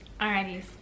Alrighties